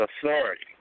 authority